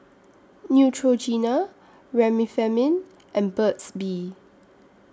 Neutrogena Remifemin and Burt's Bee